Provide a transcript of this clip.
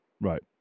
Right